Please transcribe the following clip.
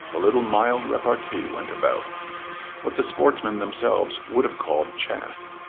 a little mild repartee went about what the sportsmen themselves would have called chaff.